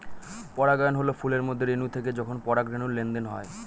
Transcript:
পরাগায়ন হল ফুলের মধ্যে রেনু থেকে যখন পরাগরেনুর লেনদেন হয়